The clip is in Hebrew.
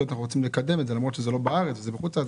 רוצים לקדם את זה למרות שזה לא בארץ וזה בחוץ לארץ.